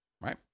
right